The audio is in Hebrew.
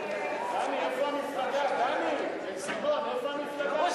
חוק המפלגות (תיקון מס'